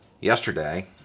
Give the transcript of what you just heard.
Yesterday